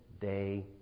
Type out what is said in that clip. day